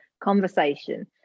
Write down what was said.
conversation